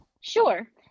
Sure